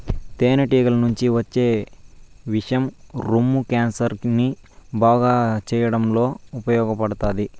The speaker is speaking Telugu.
తేనె టీగల నుంచి వచ్చే విషం రొమ్ము క్యాన్సర్ ని బాగు చేయడంలో ఉపయోగపడతాది